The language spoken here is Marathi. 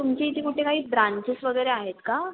तुमची इथे कुठे काही ब्रँचेस वगैरे आहेत का